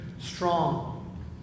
strong